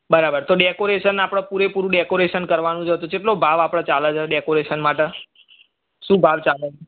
બરાબર તો ડેકોરેશન આપણે પૂરેપૂરું ડેકોરેશન કરવાનું છે તો કેટલો ભાવ આપણે ચાલે છે ડેકોરેશન માટે શું ભાવ ચાલે